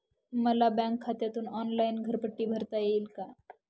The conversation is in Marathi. मला बँक खात्यातून ऑनलाइन घरपट्टी भरता येईल का?